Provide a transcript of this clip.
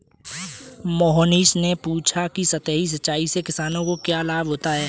मोहनीश ने पूछा कि सतही सिंचाई से किसानों को क्या लाभ होता है?